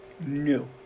No